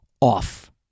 off